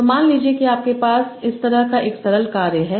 तो यह मान लीजिए कि आपके पास इस तरह का एक सरल कार्य है